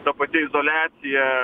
ta pati izoliacija